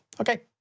Okay